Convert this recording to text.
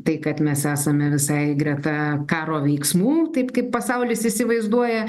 tai kad mes esame visai greta karo veiksmų taip kaip pasaulis įsivaizduoja